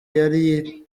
yari